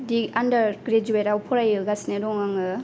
D आन्दार ग्रेजुवेटाव फरायगासिनो आङो